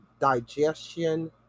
digestion